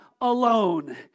alone